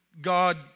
God